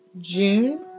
June